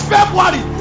February